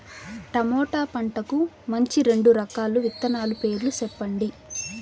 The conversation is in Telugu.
టమోటా పంటకు మంచి రెండు రకాల విత్తనాల పేర్లు సెప్పండి